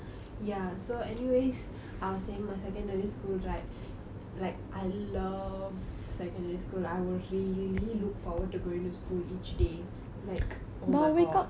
ya so anyways I was saying my secondary school right like I love secondary school I will really look forward to going to school each day like oh my god